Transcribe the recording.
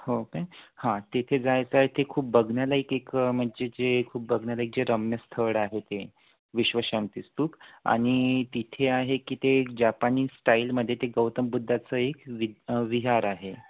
हो काय हां तिथे जायचं आहे ते खूप बघण्यालायक एक म्हणजे जे खूप बघण्यालायक जे रम्य स्थळ आहे ते विश्वशांती स्तूप आणि तिथे आहे की ते जापानीज स्टाईलमध्ये ते गौतम बुद्धाचं एक वि विहार आहे